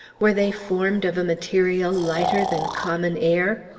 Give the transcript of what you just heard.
were they formed of a material lighter than common air?